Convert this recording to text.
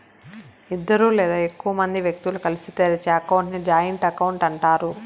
ఇద్దరు లేదా ఎక్కువ మంది వ్యక్తులు కలిసి తెరిచే అకౌంట్ ని జాయింట్ అకౌంట్ అంటారు